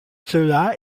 cela